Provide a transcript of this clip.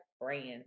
brands